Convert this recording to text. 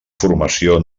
formació